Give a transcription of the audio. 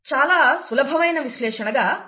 చాలా సులభమైన విశ్లేషణ గా అర్థమవుతుంది